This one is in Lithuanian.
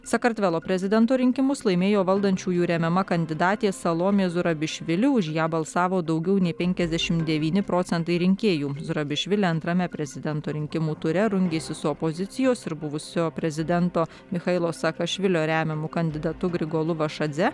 sakartvelo prezidento rinkimus laimėjo valdančiųjų remiama kandidatė salomė zurabišvili už ją balsavo daugiau nei penkiasdešimt devyni procentai rinkėjų zurabišvili antrame prezidento rinkimų ture rungėsi su opozicijos ir buvusio prezidento michailo saakašvilio remiamu kandidatu grigolu vašadze